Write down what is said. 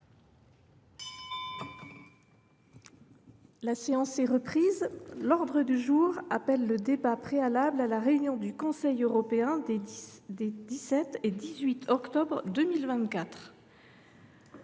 La séance est reprise. L’ordre du jour appelle le débat préalable à la réunion du Conseil européen des 17 et 18 octobre 2024.